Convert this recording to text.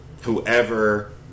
Whoever